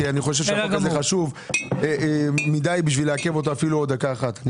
כי אני חושב שהחוק הזה חשוב מידי בשביל לעכב אותו אפילו עוד דקה אחת.